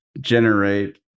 generate